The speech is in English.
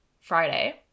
friday